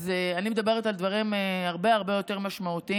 אז אני מדברת על דברים הרבה הרבה יותר משמעותיים: